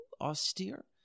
austere